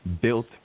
built